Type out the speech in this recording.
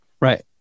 Right